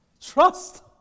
Trust